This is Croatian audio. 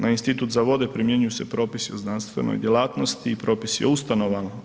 Na institut za vode primjenjuju se propisi o znanstvenoj djelatnosti i propisi o ustanovama.